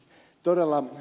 todella ed